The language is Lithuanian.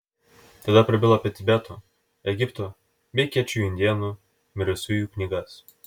tada prabilo apie tibeto egipto bei kečujų indėnų mirusiųjų knygas